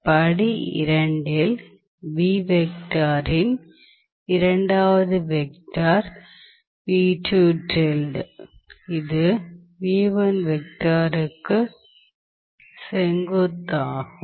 படி 2 இல் இன் இரண்டாவது வெக்டர் இது க்குச் செங்குத்தாகும்